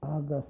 August